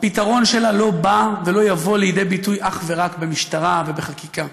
הפתרון לה לא בא ולא יבוא לידי ביטוי אך ורק במשטרה ובחקיקה.